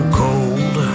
cold